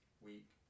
week